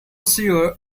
sure